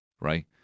right